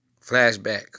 Flashback